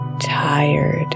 tired